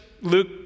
Luke